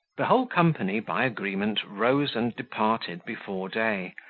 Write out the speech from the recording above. the whole company by agreement rose and departed before day,